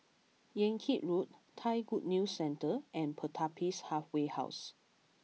Yan Kit Road Thai Good News Centre and Pertapis Halfway House